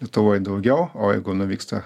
lietuvoj daugiau o jeigu nuvyksta